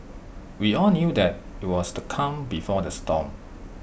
we all knew that IT was the calm before the storm